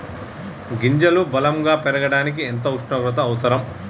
గింజలు బలం గా పెరగడానికి ఎంత ఉష్ణోగ్రత అవసరం?